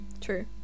True